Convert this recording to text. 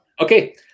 okay